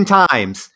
times